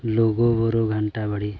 ᱞᱩᱜᱩ ᱵᱩᱨᱩ ᱜᱷᱟᱱᱴᱟ ᱵᱟᱲᱮ